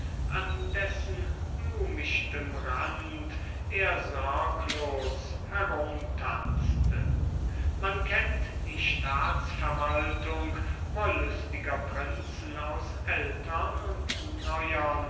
an dessen blumichtem rand er in unsinniger sorglosigkeit herumtanzte man kennt die staatsverwaltung wollüstiger prinzen aus ältern und neuern